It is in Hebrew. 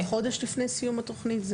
ואם זה יהיה חודש לפני סיום התוכנית?